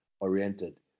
oriented